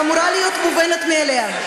שאמורה להיות מובנת מאליה.